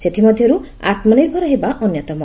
ସେଥିମଧ୍ୟରୁ ଆତ୍ମନିର୍ଭର ହେବା ଅନ୍ୟତମ